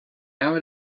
hour